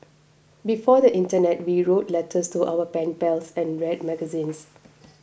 before the internet we wrote letters to our pen pals and read magazines